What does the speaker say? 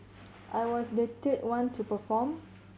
I was the third one to perform